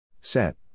Set